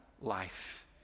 life